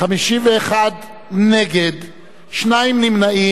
51 נגד, שניים נמנעים.